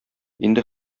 инде